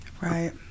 Right